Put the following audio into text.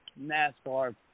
NASCAR